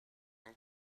time